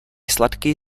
sladký